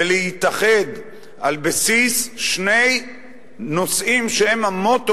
ולהתאחד על בסיס שני נושאים שהם המוטו